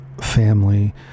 family